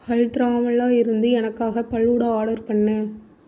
ஹல்திராம்ல இருந்து எனக்காக ஃபலூடா ஆடர் பண்ணு